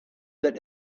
that